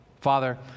Father